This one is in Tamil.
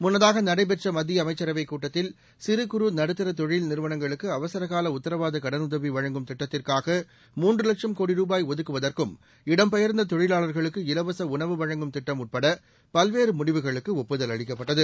முன்னதாக நடைபெற்ற மத்திய அமைச்சரவை கூட்டத்தில் சிறு குறு நடுத்தர தொழில் நிறுவனங்களுக்கு அவசரகால உத்தரவாத கடன் உதவி வழங்கும் திட்டத்திற்காக மூன்று வட்சும் கோடி ரூபாய் ஒதுக்குவதற்கும் இடம்பெயாந்த தொழிலாளர்களுக்குஇலவச உணவு வழங்கும் திட்டம் உட்பட பல்வேறு முடிவுகளுக்கு ஒப்புதல் அளிக்கப்பட்டது